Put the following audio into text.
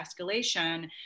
escalation